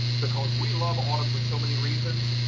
because we love autumn for so many reasons,